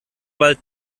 bald